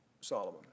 Solomon